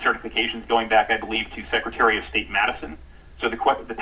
certification going back i believe to secretary of state madison so the